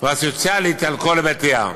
והסוציאלית על כל היבטיה".